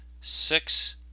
six